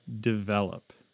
develop